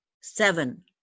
Seven